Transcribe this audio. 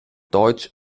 deutsch